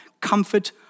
comfort